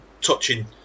touching